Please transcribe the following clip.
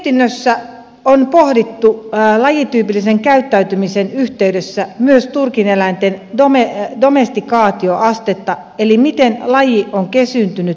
mietinnössä on pohdittu lajityypillisen käyttäytymisen yhteydessä myös turkiseläinten domestikaatioastetta eli sitä miten laji on kesyyntynyt periytyvällä tavalla